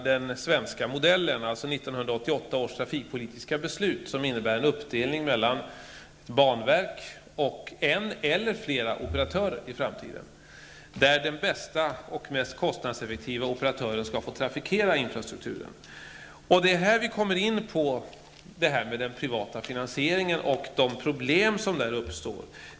Den svenska modellen prisas -- alltså 1988 års trafikpolitiska beslut, som innebär en uppdelning i framtiden mellan banverket och en eller flera operatörer. När det gäller infrastrukturen får den bästa och mest kostnadseffektiva operatören trafikera. Det är i det avseendet som vi kommer in på det här med privat finansiering och de problem som uppstår.